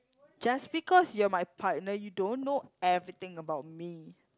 just because you're my partner you don't know everything about me